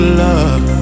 love